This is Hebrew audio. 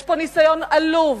יש פה ניסיון עלוב